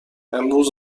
امروز